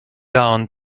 down